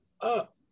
up